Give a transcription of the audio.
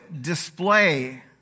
display